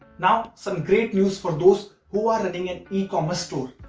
now some great news for those who are running an ecommerce store.